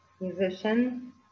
musician